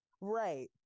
Right